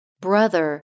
brother